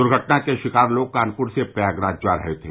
दुर्घटना के शिकार लोग कानपुर से प्रयागराज जा रहे थे